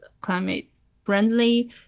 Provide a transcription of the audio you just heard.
climate-friendly